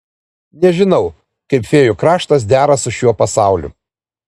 nežinau kaip fėjų kraštas dera su šiuo pasauliu